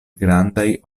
grandaj